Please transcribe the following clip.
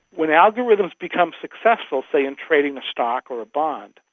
when algorithms become successful, say, in trading a stock or a bond,